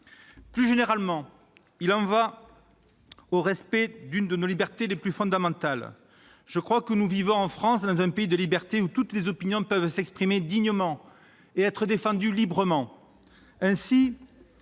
Plus généralement, il y va du respect de l'une de nos libertés les plus fondamentales. Je crois que nous vivons, en France, dans un pays de libertés, où toutes les opinions peuvent s'exprimer dignement et être défendues librement.